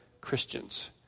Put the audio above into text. Christians